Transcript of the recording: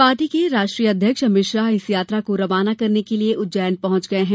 party के राष्ट्रीय अध्यक्ष अमित शाह इस यात्रा को रवाना करने के लिए उज्जैन पहंच गये हैं